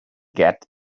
get